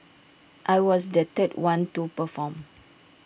I was the third one to perform